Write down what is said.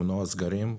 למנוע סגרים.